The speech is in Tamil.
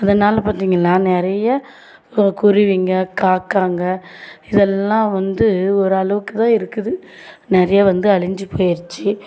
அதனால் பார்த்தீங்கன்னா நிறையா கு குருவிங்கள் காக்காங்கள் இதெல்லாம் வந்து ஒரு அளவுக்கு தான் இருக்குது நிறையா வந்து அழிந்து போயிருச்சு